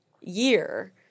year